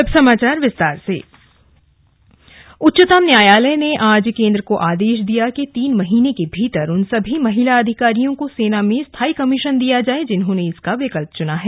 अब समाचार विस्तार से स्थानी कमीशन उच्चतम न्यायालय ने आज केन्द्र को आदेश दिया कि तीन महीने के भीतर उन सभी महिला अधिकारियों को सेना में स्थाई कमीशन दिया जाए जिन्होंने इसका विकल्प चुना है